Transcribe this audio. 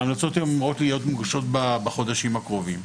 ההמלצות אמורות להיות מוגשות בחודשים הקרובים.